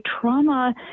trauma